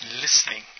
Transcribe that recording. listening